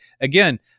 again